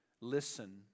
listen